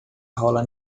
rola